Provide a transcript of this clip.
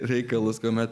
reikalas kuomet